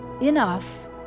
enough